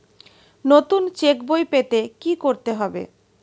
নতুন চেক বই পেতে কী করতে হবে?